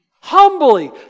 Humbly